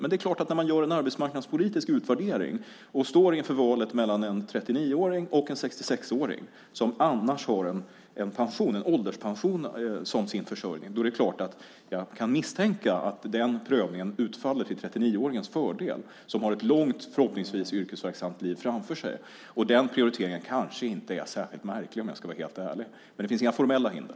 Men när man gör en arbetsmarknadspolitisk utvärdering och står inför valet mellan en 39-åring och en 66-åring, som annars har en ålderspension som sin försörjning, är det klart att jag kan misstänka att den prövningen utfaller till 39-åringens fördel, som förhoppningsvis har ett långt yrkesverksamt liv framför sig. Den prioriteringen kanske inte är särskilt märklig om jag ska vara helt ärlig. Men det finns inga formella hinder.